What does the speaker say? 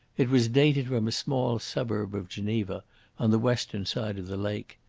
it was dated from a small suburb of geneva on the western side of the lake,